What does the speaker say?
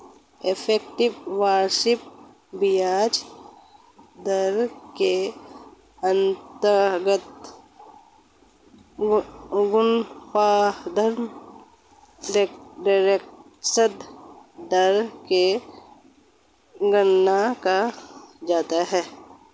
effective वार्षिक ब्याज दर के अंतर्गत कंपाउंड इंटरेस्ट रेट की गणना की जाती है